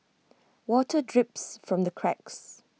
water drips from the cracks